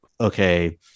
Okay